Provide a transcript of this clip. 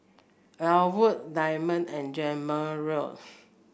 Ellwood Dema and Jamarion